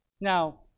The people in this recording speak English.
Now